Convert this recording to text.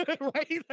right